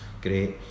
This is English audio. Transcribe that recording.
Great